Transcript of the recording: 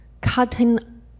cutting